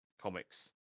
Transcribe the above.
comics